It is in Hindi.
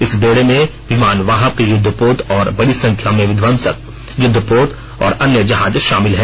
इस बेड़े में विमानवाहक युद्धपोत और बड़ी संख्या में विध्वंसक युद्धपोत और अन्य जहाज शामिल हैं